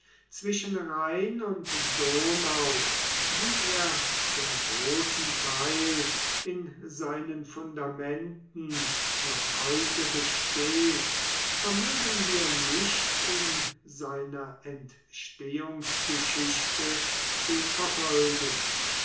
zwischen rhein und donau wie er zum großen teil in seinen fundamenten noch heute besteht vermögen wir nicht in seiner entstehungsgeschichte zu verfolgen